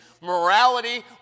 morality